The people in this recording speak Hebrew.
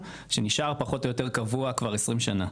שנשאר פחות או יותר קבוע כבר 20 שנה.